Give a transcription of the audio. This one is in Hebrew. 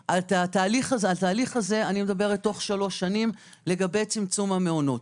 מדברת על תהליך של שלוש שנים לצמצום המעונות.